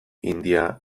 hindia